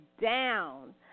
down